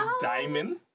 diamond